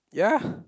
ya